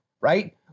right